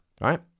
right